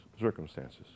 circumstances